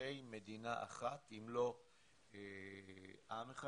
אזרחי מדינה אחת אם לא עם אחד.